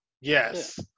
Yes